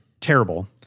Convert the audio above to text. Terrible